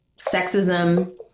sexism